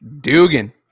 Dugan